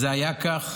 וזה היה כך,